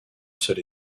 seule